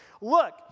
Look